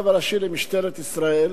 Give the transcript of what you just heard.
הראשי למשטרת ישראל.